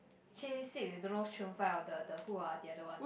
change seat with don't know Chun Fai or the the who ah the other one